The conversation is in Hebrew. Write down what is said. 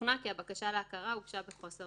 לצורך העניין כי הוא לא שילם שלושה